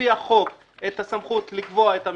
לפי החוק, את הסמכות לקבוע את המכסות.